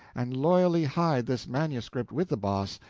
and loyally hide this manuscript with the boss,